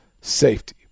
safety